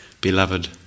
beloved